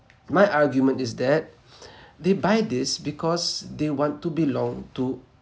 my argument is that they buy this because they want to belong to